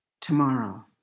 tomorrow